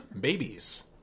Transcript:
babies